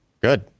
good